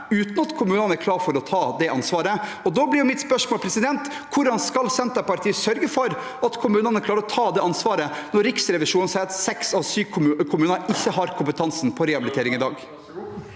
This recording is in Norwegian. uten at kommunene er klare for å ta det ansvaret. Da blir mitt spørsmål: Hvordan skal Senterpartiet sørge for at kommunene klarer å ta det ansvaret, når Riksrevisjonen sier at seks av sju kommuner ikke har kompetansen på rehabilitering i dag?